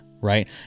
right